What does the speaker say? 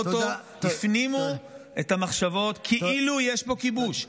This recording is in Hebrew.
הפנימו את המחשבות כאילו יש פה כיבוש.